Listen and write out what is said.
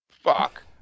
Fuck